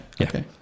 okay